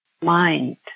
Mind